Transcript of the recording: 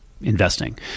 investing